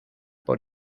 por